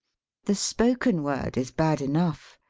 the spoken word is bad enough.